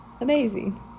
Amazing